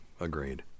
agreed